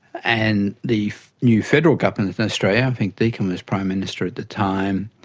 and the new federal government in australia, i think deakin was prime minister at the time,